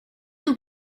nous